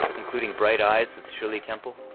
including bright eyes with shirley temple,